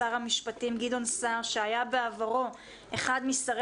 שר המשפטים גדעון סער שהיה בעברו אחד משרי